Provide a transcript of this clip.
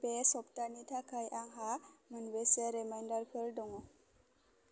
बे सप्तानि थाखाय आंहा मोनबेसे रिमाइन्डारफोर दं